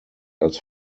als